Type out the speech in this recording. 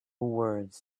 words